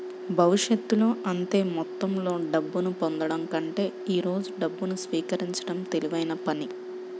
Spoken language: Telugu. భవిష్యత్తులో అంతే మొత్తంలో డబ్బును పొందడం కంటే ఈ రోజు డబ్బును స్వీకరించడం తెలివైన పని